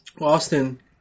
Austin